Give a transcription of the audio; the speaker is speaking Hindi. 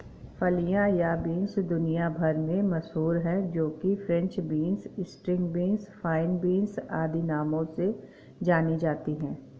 फलियां या बींस दुनिया भर में मशहूर है जो कि French beans, string beans, fine beans आदि नामों से जानी जाती है